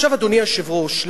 אדוני היושב-ראש,